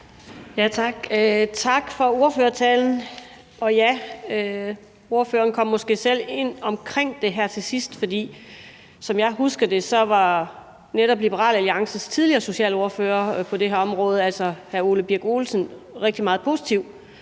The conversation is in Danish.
Tak for ordførertalen, og ja, ordføreren kom måske selv ind omkring det her til sidst. For som jeg husker det, var netop Liberal Alliances tidligere socialordfører på det her område, altså hr. Ole Birk Olesen, meget positiv